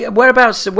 whereabouts